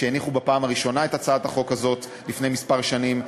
שהניחו בפעם הראשונה את הצעת החוק הזאת לפני כמה שנים,